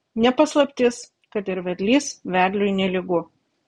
ne paslaptis kad ir vedlys vedliui nelygu